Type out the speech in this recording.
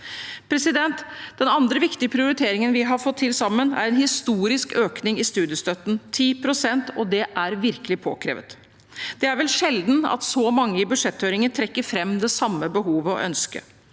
bedre. Den andre viktige prioriteringen vi har fått til sammen, er en historisk økning i studiestøtten med 10 pst., og det var virkelig påkrevet. Det er sjelden at så mange i en budsjetthøring trekker fram det samme behovet og ønsket.